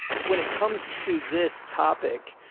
when it comes to this topic,